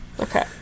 Okay